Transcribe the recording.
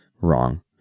wrong